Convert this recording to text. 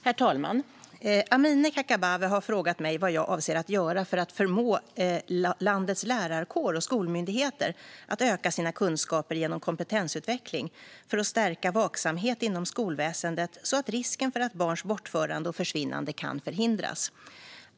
Herr talman! har frågat mig vad jag avser att göra för att förmå landets lärarkår och skolmyndigheter att öka sina kunskaper genom kompetensutveckling för att stärka vaksamhet inom skolväsendet så att risken för barns bortförande och försvinnande kan förhindras.